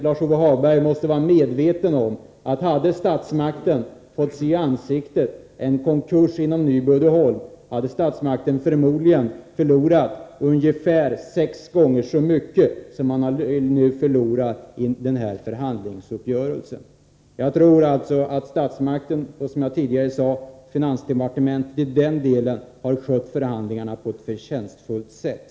Lars-Ove Hagberg måste vara medveten om att om statsmakterna hade fått sig i ansiktet en konkurs för Nyby Uddeholm, hade statsmakterna förmodligen förlorat ungefär sex gånger så mycket som man nu förlorar genom förhandlingsuppgörelsen. Som jag tidigare sade tror jag alltså att statsmakterna, dvs. i den här delen finansdepartementet, har skött förhandlingarna på ett förtjänstfullt sätt.